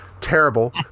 terrible